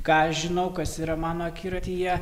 ką žinau kas yra mano akiratyje